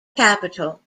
capital